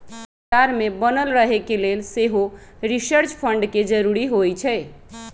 बजार में बनल रहे के लेल सेहो रिसर्च फंड के जरूरी होइ छै